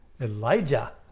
Elijah